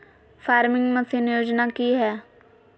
Farming machine योजना कि हैय?